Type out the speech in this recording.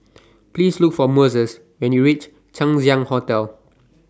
Please Look For Moses when YOU REACH Chang Ziang Hotel